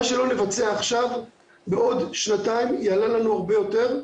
מה שלא נבצע עכשיו בעוד שנתיים יעלה לנו הרבה יותר.